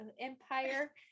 Empire